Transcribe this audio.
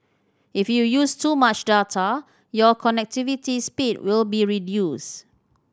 if you use too much data your connectivity speed will be reduced